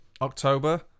October